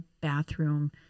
bathroom